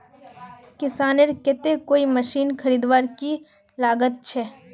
किसानेर केते कोई मशीन खरीदवार की लागत छे?